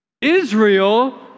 Israel